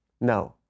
No